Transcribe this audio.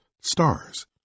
stars